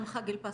גם חג אל פסחא,